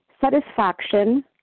satisfaction